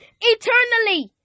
eternally